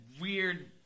weird